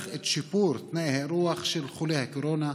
את שיפור תנאי האירוח של חולי הקורונה?